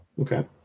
Okay